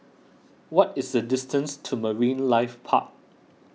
what is the distance to Marine Life Park